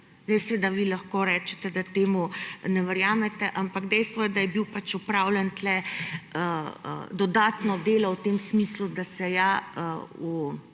Zdaj seveda vi lahko rečete, da temu ne verjamete, ampak dejstvo je, da je bilo opravljeno tukaj dodatno delo v tem smislu, da se vključi